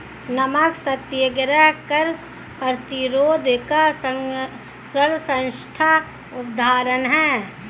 नमक सत्याग्रह कर प्रतिरोध का सर्वश्रेष्ठ उदाहरण है